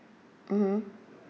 mmhmm